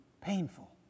painful